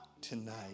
tonight